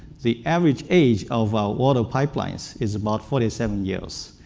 the average age of our water pipelines is about forty seven years.